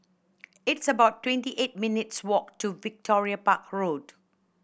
it's about twenty eight minutes' walk to Victoria Park Road